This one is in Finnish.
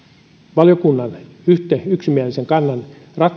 valiokunnan yksimielisen kannan